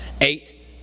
Eight